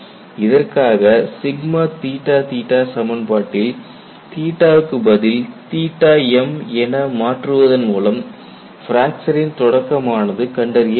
இதற்காக சமன் பாட்டில் க்கு பதில் mஎன மாற்றுவதன் மூலம் பிராக்சரின் தொடக்கமானது கண்டறியப்படுகிறது